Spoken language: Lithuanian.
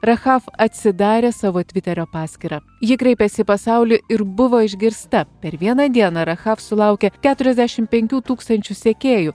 rachaf atsidarė savo tviterio paskyrą ji kreipėsi į pasaulį ir buvo išgirsta per vieną dieną rachaf sulaukė keturiasdešim penkių tūkstančių sekėjų